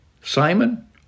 Simon